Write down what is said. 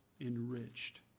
enriched